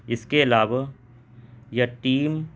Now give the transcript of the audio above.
اس کے علاوہ یا ٹیم